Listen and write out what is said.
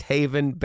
Haven